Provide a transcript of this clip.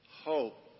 hope